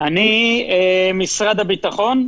אני ממשרד הביטחון.